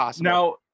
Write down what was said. Now